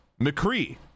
mccree